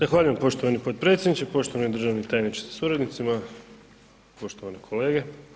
Zahvaljujem poštovani potpredsjedniče, poštovani državni tajniče sa suradnicima, poštovani kolege.